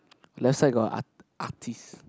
left side got art~ artist